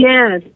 Yes